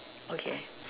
okay